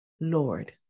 Lord